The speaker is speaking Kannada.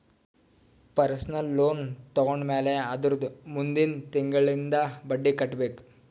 ಪರ್ಸನಲ್ ಲೋನ್ ತೊಂಡಮ್ಯಾಲ್ ಅದುರ್ದ ಮುಂದಿಂದ್ ತಿಂಗುಳ್ಲಿಂದ್ ಬಡ್ಡಿ ಕಟ್ಬೇಕ್